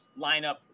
lineup